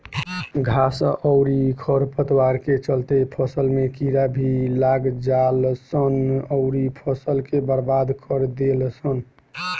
घास अउरी खर पतवार के चलते फसल में कीड़ा भी लाग जालसन अउरी फसल के बर्बाद कर देलसन